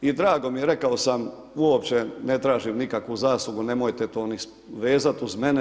I drago mi je rekao sam, uopće ne tražim nikakvu zaslugu, nemojte to ni vezati uz mene.